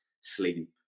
sleep